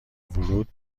ورود